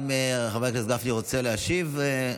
האם חבר הכנסת רוצה להשיב?